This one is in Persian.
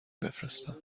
بفرستم